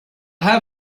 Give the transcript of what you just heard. have